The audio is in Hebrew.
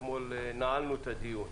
אתמול נעלנו את הדיון.